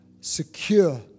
secure